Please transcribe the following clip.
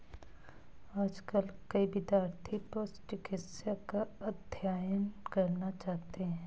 आजकल कई विद्यार्थी पशु चिकित्सा का अध्ययन करना चाहते हैं